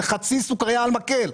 שזה חצי סוכריה על מקל.